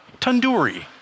tandoori